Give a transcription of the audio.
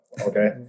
okay